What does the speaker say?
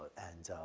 and